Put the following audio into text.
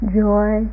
joy